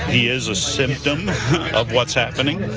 he is a symptom of what's happening.